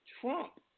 Trump